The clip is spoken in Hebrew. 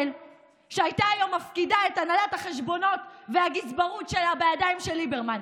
שהייתה היום מפקידה את הנהלת החשבונות והגזברות שלה בידיים של ליברמן.